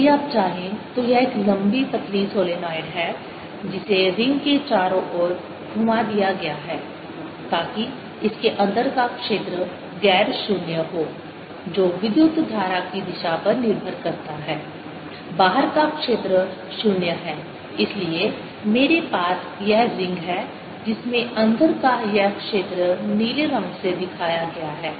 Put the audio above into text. यदि आप चाहें तो यह एक लंबी पतली सोलेनोइड है जिसे रिंग के चारों ओर घुमा दिया गया है ताकि इसके अंदर का क्षेत्र गैर शून्य हो जो विद्युत धारा की दिशा पर निर्भर करता है बाहर का क्षेत्र 0 है इसलिए मेरे पास यह रिंग है जिसमें अंदर का यह क्षेत्र नीले रंग से दिखाया गया है